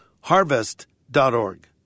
harvest.org